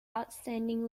outstanding